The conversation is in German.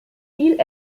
viel